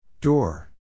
door